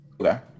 Okay